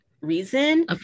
reason